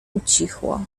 ucichło